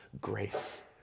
grace